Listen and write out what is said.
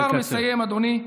אני כבר מסיים, אדוני.